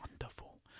Wonderful